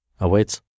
awaits